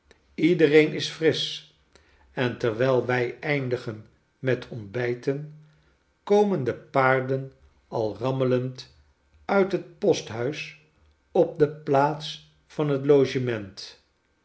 iedereen is frisch en terwijl wij eindigen met ontbijten komen de paarden al rammelend uit het posthuis op de plaats van het logement